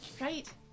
Right